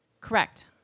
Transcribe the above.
Correct